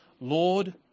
Lord